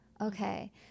Okay